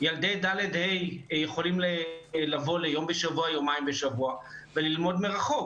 ילדי ד'-ה' יכולים לבוא ליום או יומיים בשבוע וללמוד מרחוק.